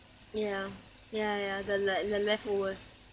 ya ya ya the like the leftovers